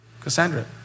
Cassandra